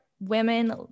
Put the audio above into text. women